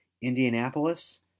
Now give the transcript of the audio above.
Indianapolis